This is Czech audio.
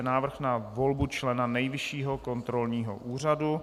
Návrh na volbu člena Nejvyššího kontrolního úřadu